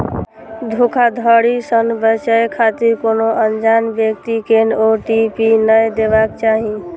धोखाधड़ी सं बचै खातिर कोनो अनजान व्यक्ति कें ओ.टी.पी नै देबाक चाही